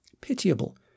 pitiable